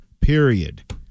period